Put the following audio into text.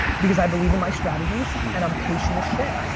because i believe in my strategies and i'm patient as shit.